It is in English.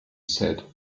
said